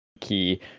key